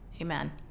Amen